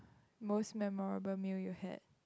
most memorable meal you had